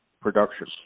production